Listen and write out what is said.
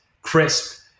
crisp